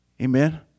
Amen